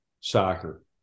soccer